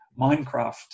minecraft